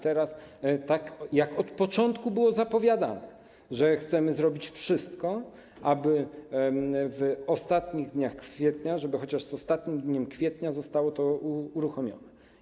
Tak jak od początku było zapowiadane, chcemy zrobić wszystko, aby w ostatnich dniach kwietnia, żeby chociaż w ostatnim dniu kwietnia zostało to uruchomione.